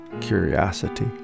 curiosity